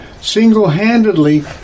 single-handedly